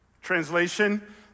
Translation